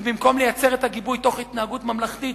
ובמקום לייצר את הגיבוי בהתנהגות ממלכתית,